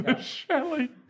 shelly